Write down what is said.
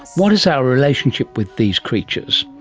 what is our relationship with these creatures?